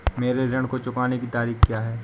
मेरे ऋण को चुकाने की तारीख़ क्या है?